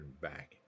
back